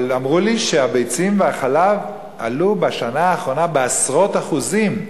אבל אמרו לי שמחירי הביצים והחלב עלו בשנה האחרונה בעשרות אחוזים.